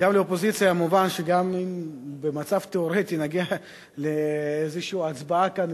גם לאופוזיציה מובן שגם אם במצב תיאורטי נגיע לאיזושהי הצבעה כאן,